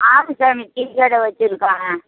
ஆமாம் சாமி டீக்கடை வெச்சுருக்கேன்